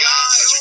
God